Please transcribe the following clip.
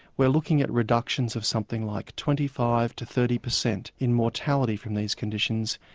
we're looking at reductions of something like twenty five to thirty percent in mortality from these conditions.